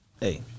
Hey